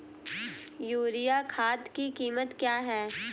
Urea खाद की कीमत क्या है?